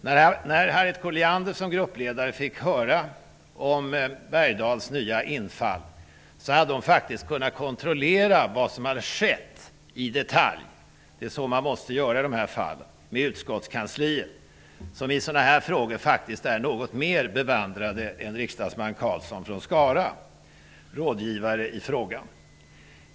När Harriet Colliander som gruppledare fick höra talas om Bergdahls nya infall hade hon i detalj kunnat kontrollera med utskottskansliet vad som hade skett. Det är så man måste göra i sådana här fall. Utskottskansliet är i sådana här frågor något mera bevandrat än riksdagsman Bert Karlsson från Skara, som är rådgivare i ärendet.